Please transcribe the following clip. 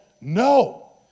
no